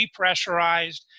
depressurized